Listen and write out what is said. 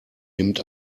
nimmt